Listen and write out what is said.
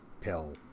pill